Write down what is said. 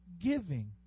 Giving